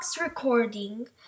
recording